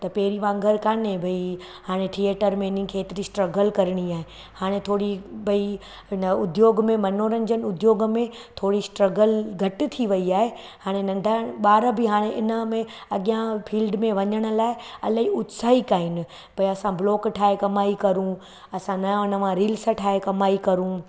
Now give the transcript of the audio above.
त पहिरीं वांगुर कोन्हे भई हाणे थिएटर में इन्हनि खे एॾी स्ट्रगल करणी आहे हाणे थोरी भई न उद्योग में मनोरंजनु उद्योग में थोरी स्ट्रगल घटि थी वई आहे हाणे नंढा ॿार बि हाणे इनमें अॻियां फील्ड में वञण लाइ इलाही उत्साहित आहिनि भई असां व्लॉग ठाहे कमाई कयूं असां नया नवां रील्स ठाहे कमाई कयूं